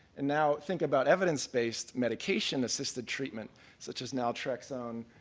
and now think about evidence based medication assisted treatment such as naltrexone,